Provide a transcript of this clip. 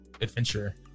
adventure